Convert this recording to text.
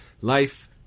Life